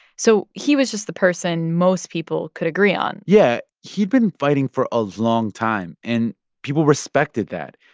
so he was just the person most people could agree on yeah. he'd been fighting for a long time, and people respected that.